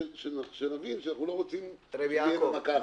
עלינו להבין שאנחנו לא רוצים שתהיה פה "מכה".